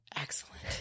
Excellent